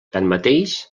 tanmateix